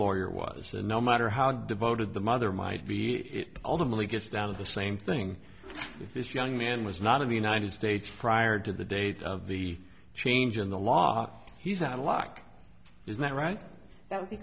lawyer was no matter how devoted the mother might be it ultimately gets down to the same thing if this young man was not in the united states prior to the date of the change in the law he's out of luck is that right that would be